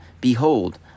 Behold